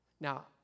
Now